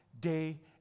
day